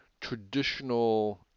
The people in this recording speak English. traditional